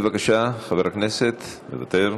בבקשה, חבר הכנסת, מוותר.